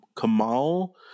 Kamal